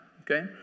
okay